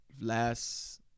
last